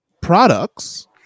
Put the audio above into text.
products